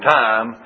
time